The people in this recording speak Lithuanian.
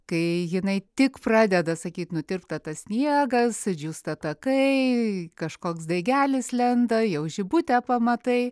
kai jinai tik pradeda sakyt nutirpsta tas sniegas džiūsta takai kažkoks daigelis lenda jau žibutę pamatai